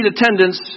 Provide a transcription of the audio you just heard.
attendance